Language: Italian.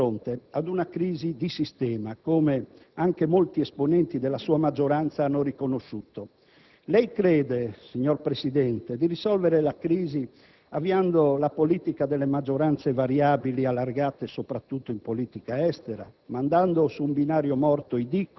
non ha preso atto che siamo di fronte ad una crisi di sistema, come anche molti esponenti della sua maggioranza hanno riconosciuto. Lei crede, signor Presidente del Consiglio, di risolvere la crisi avviando la politica delle maggioranze variabili, allargate soprattutto in politica estera,